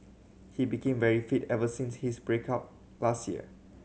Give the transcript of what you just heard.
he became very fit ever since his break up last year